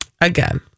Again